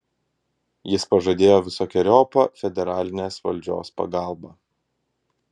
jis pažadėjo visokeriopą federalinės valdžios pagalbą